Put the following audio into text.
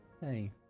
Hey